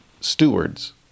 stewards